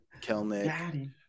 Kelnick